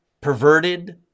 perverted